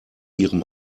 ihrem